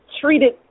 treated